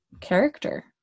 character